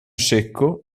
secco